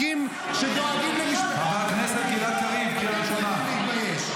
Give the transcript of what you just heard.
חברת הכנסת לזימי -- אתה תתבייש.